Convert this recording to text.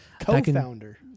Co-founder